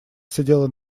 сидела